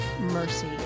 mercy